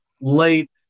late